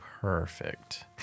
perfect